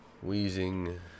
wheezing